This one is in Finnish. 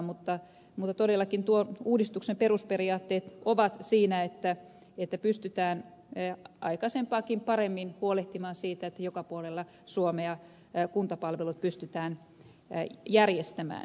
mutta todellakin tuon uudistuksen perusperiaatteet ovat siinä että pystytään aikaisempaakin paremmin huolehtimaan siitä että joka puolella suomea kuntapalvelut pystytään järjestämään